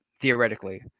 theoretically